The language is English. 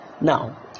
Now